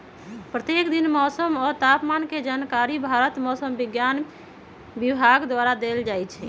प्रत्येक दिन मौसम आ तापमान के जानकारी भारत मौसम विज्ञान विभाग द्वारा देल जाइ छइ